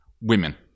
Women